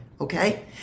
okay